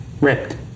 Ripped